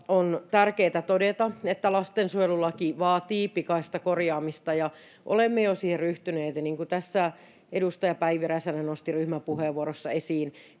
on tärkeätä todeta, että lastensuojelulaki vaatii pikaista korjaamista ja olemme jo siihen ryhtyneet. Niin kuin tässä edustaja Päivi Räsänen nosti ryhmäpuheenvuorossa esiin,